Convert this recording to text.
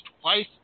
twice